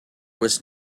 was